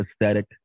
aesthetic